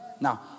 Now